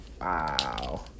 Wow